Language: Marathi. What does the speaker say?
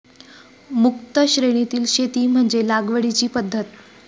मुक्त श्रेणीतील शेती म्हणजे लागवडीची पद्धत